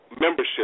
membership